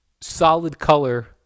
solid-color